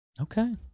Okay